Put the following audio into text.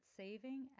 saving